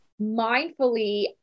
mindfully